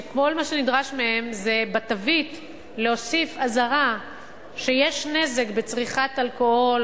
שכל מה שנדרש מהם זה להוסיף בתווית אזהרה שיש נזק בצריכת אלכוהול